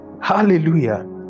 Hallelujah